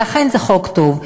ולכן זה חוק טוב.